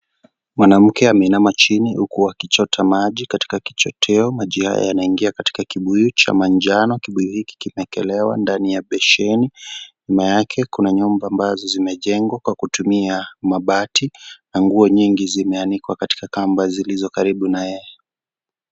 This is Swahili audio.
Mwanamke ameinama chini huku akichota maji katika kichoteo, maji haya yanaingia katika kibuyu cha manjano, kibuyu hiki kimeekelewa ndani ya besheni nyuma yake kuna nyumba ambayo zimejengwa kwa kutumia mabati na nguo nyingi zimeanikwa katika kamba zilizo karibu na yeye.